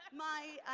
my